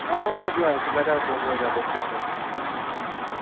অঁ হ'ব দিয়া কিবা এটা কম হৈ যাব কিয় নহয়